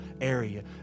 area